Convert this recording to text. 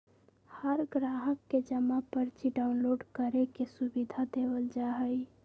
हर ग्राहक के जमा पर्ची डाउनलोड करे के सुविधा देवल जा हई